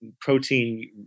Protein